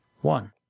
one